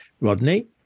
Rodney